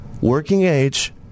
working-age